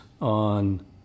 on